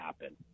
happen